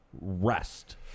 rest